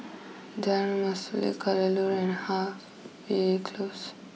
Jalan Mastuli Kadaloor and Harvey close